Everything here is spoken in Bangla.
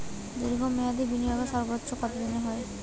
দীর্ঘ মেয়াদি বিনিয়োগের সর্বোচ্চ কত দিনের হয়?